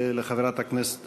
ולחברת הכנסת